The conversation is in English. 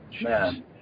Man